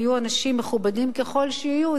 ויהיו אנשים מכובדים ככל שיהיו,